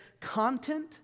content